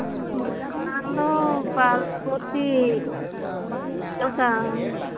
ᱫᱳᱠᱟᱱ ᱫᱚ ᱯᱟᱨᱵᱚᱛᱤ ᱥᱮ ᱵᱟᱝ